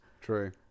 true